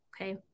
okay